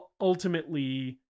ultimately